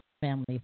family